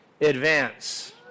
advance